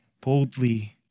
boldly